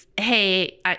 Hey